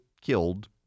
killed